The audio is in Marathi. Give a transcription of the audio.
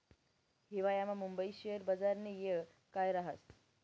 हिवायामा मुंबई शेयर बजारनी येळ काय राहस